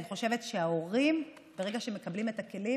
אני חושבת שההורים, ברגע שהם מקבלים את הכלים,